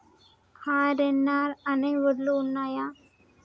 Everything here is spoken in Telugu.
ఆర్.ఎన్.ఆర్ అనే వడ్లు ఉన్నయా?